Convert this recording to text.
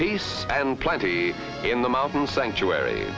peace and plenty in the mountain sanctuary